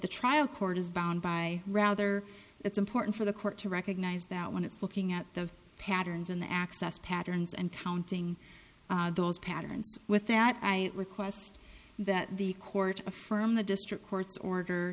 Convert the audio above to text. the trial court is bound by rather it's important for the court to recognize that when it's looking at the patterns in the access patterns and counting those patterns with that i request that the court affirm the district court's order